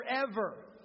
forever